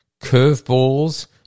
curveballs